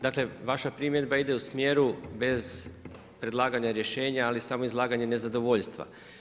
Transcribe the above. Dakle vaša primjedba ide u smjeru bez predlaganja rješenja, ali i samo izlaganje nezadovoljstva.